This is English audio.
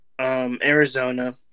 Arizona